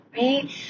Right